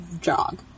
jog